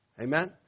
Amen